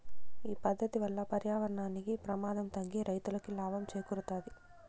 ఈ పద్దతి వల్ల పర్యావరణానికి ప్రమాదం తగ్గి రైతులకి లాభం చేకూరుతాది